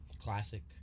classic